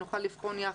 שנוכל לבחון ביחד.